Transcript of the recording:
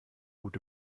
gut